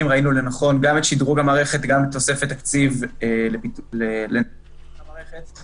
ראינו לנכון גם את שדרוג המערכת וגם תוספת תקציב לפיתוח המערכת.